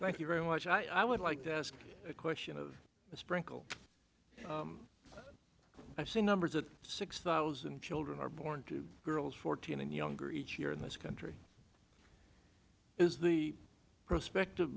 thank you very much i i would like to ask a question of a sprinkle i see numbers of six thousand children are born to girls fourteen and younger each year in this country is the prospective